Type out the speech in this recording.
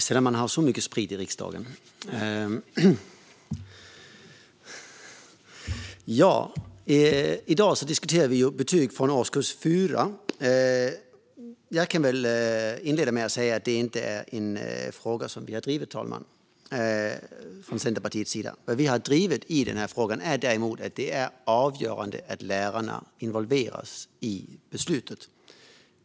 Fru talman! I dag diskuterar vi betyg från årskurs 4. Jag kan inleda med att säga att det inte är en fråga som vi i Centerpartiet har drivit, fru talman. Det som vi däremot har drivit är att det är avgörande att lärarna involveras i beslutet.